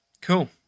Cool